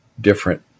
different